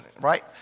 right